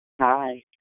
Hi